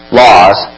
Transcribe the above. laws